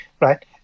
right